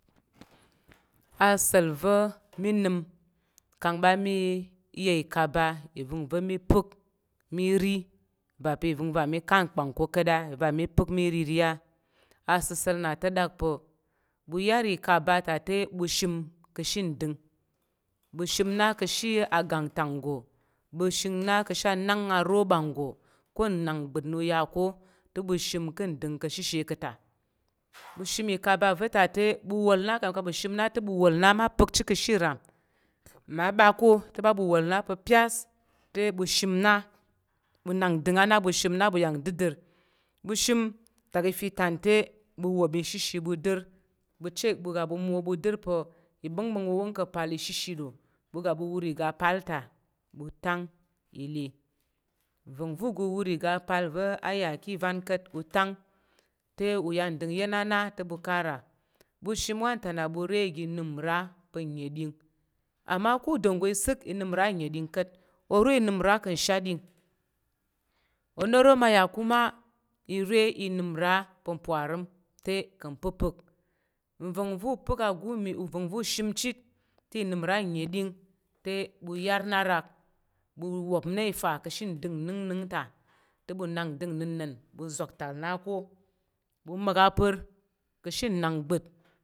Asa̱l va̱ mi nəm kang ɓa mi i ika ba va̱nve mi pək mi ri ɓa pa̱ i vəngva̱ mi ɓa kwa ko ka̱t a iva̱ pak mi riri a asəsa̱l na to dak pa̱ ɓu yər i ka̱ ɓa ta te ɓu səm ka̱ she ndeng ɓu she na ka shi a gantang ngga ɓu she na ka shi a nang aru ɓa ngga ko na nbat nuya ko te bu shin ka̱ udang ka̱ shishe ka̱ ta ɓu shi i ka̱ ɓa va̱ ta te ɓu wal na kamin ka shim na ta ɓu wal na ma pəkshit ka shi iram ma ɓa ko te ɓa ɓu wal na pa pyas te bu shim na bunam dəng ana ɓu shim na buyan didir bushin tak ife tante bu wap ishishi budir bu check ɓu ga ɓu mo budir pa i bangbang wuwomng kapal ishishi do bu ga bu wur iga pal ta bu tang ile nvong ve ugu wur iga pa ve a yaki ven kat utang te uya ndəng yen ana ta bu ka ra ɓushin wantana ɓu re iga nəm ura p neding ama ko udongo isik iga nəm ra pa neding kat oro inəm nra kan sheding onoro ma ya kuma ire inim ra pa parim te ka pa̱ pak te nva̱ngva̱ upal agumi nva̱ng va̱ u shi chit te nəm ura neding te bu yar na rak bu wop na ifa ka̱ she ndəng inu- nuta te bu nak ndəng nnena̱n ɓu zaktak na ko bu mak apin ka̱ she nnah nbant.